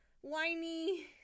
whiny